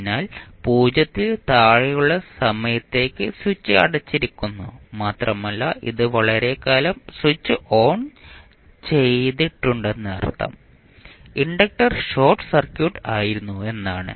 അതിനാൽ 0 ൽ താഴെയുള്ള സമയത്തേക്ക് സ്വിച്ച് അടച്ചിരിക്കുന്നു മാത്രമല്ല ഇത് വളരെക്കാലം സ്വിച്ച് ഓൺ ചെയ്തിട്ടുണ്ടെന്നതിനർത്ഥം ഇൻഡക്റ്റർ ഷോർട്ട് സർക്യൂട്ട് ആയിരുന്നു എന്നാണ്